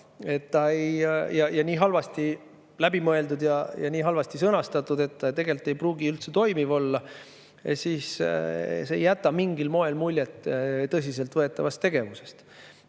ja nii halvasti läbi mõeldud ning nii halvasti sõnastatud, et see tegelikult ei pruugi üldse toimiv olla. See ei jäta mingit muljet tõsiseltvõetavast tegevusest.